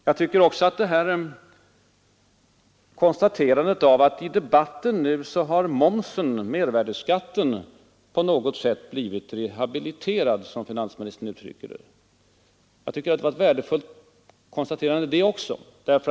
Jag tycker också att det konstaterandet var värdefullt att momsen nu i debatten på något sätt har blivit rehabiliterad.